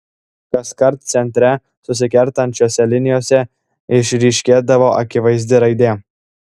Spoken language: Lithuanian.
kaskart centre susikertančiose linijose išryškėdavo akivaizdi raidė